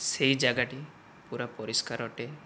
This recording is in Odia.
ସେହି ଯାଗାଟି ପୁରା ପରିଷ୍କାର ଅଟେ